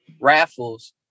raffles